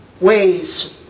Ways